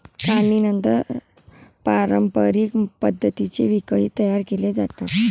काढणीनंतर पारंपरिक पद्धतीने पीकही तयार केले जाते